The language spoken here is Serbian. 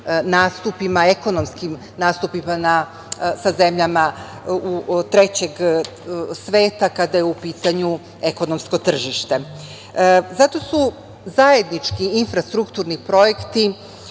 ekonomskim nastupima sa zemljama trećeg svete, kada je u pitanju ekonomsko tržište. Zato su zajednički infrastrukturni projekti